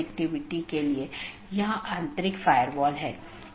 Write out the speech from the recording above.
एक अन्य अवधारणा है जिसे BGP कंफेडेरशन कहा जाता है